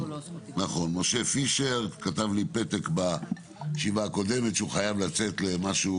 משה פישר כתב לי פתק בישיבה הקודמת שהוא חייב לצאת למשהו,